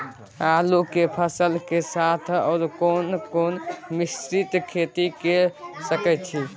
आलू के फसल के साथ आर कोनो मिश्रित खेती के सकैछि?